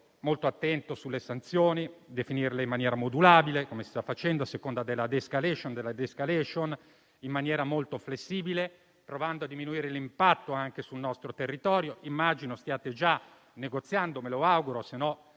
molto attento sulle sanzioni, definendole in maniera modulabile - come si sta facendo - a seconda della *de-escalation* e della *escalation*, in maniera molto flessibile, provando a diminuirne l'impatto sul nostro territorio. Immagino stiate già negoziando - me lo auguro,